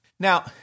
Now